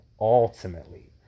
Ultimately